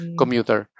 commuter